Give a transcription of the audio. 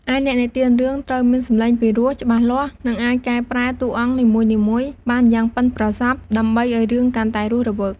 ឯអ្នកនិទានរឿងត្រូវមានសំឡេងពីរោះ ច្បាស់លាស់ និងអាចប្រែប្រួលតាមតួអង្គនីមួយៗបានយ៉ាងប៉ិនប្រសប់ ដើម្បីឲ្យរឿងកាន់តែរស់រវើក។